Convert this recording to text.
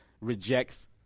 rejects